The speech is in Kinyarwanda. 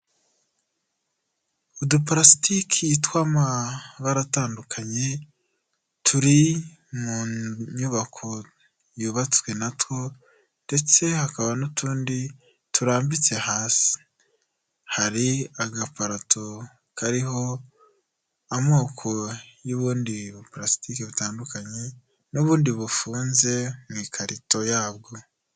Udu parasitike tw'amabara atandukanye turi mu nyubako yubatswe natwo ndetse hakaba n'utundi turambitse hasi, hari agaparato kariho amoko y'ubundi parasitike butandukanye n'ubundi bufunze mu ikarito yabwo.